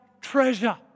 treasure